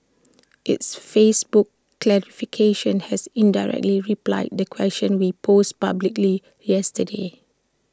its Facebook clarification has indirectly replied the questions we posed publicly yesterday